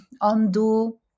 undo